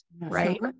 right